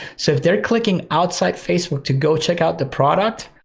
so if they are clicking outside facebook to go check out the product,